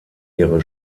ihre